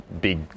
big